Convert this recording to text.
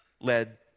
led